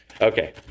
Okay